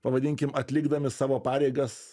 pavadinkim atlikdami savo pareigas